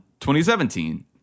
2017